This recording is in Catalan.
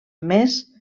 més